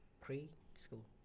pre-school